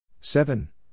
Seven